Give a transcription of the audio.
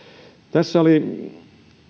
tässä oli